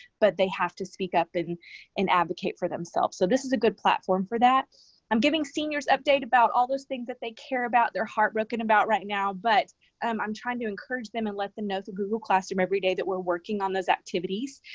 but they have to speak up and and advocate for themselves. so, this is a good platform for that. i'm giving seniors updates about all those things that they care about, they're heartbroken about right now. but um i'm trying to encourage them and let them know through google classroom every day that we're working on those activities.